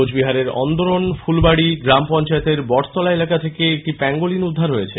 কোচবিহারের অন্দরন ফুলবাড়ি গ্রাম পঞ্চায়েতের বটতলা এলাকা থেকে একটি প্যাঙ্গোলিন উদ্ধার হয়েছে